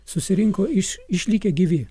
susirinko iš išlikę gyvi